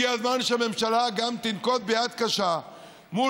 הגיע הזמן שהממשלה גם תנקוט יד קשה מול